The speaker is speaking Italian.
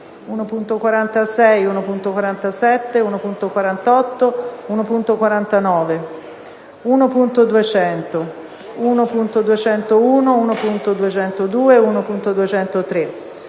1.46, 1.47, 1.48, 1.49, 1.200, 1.201, 1.202, 1.203,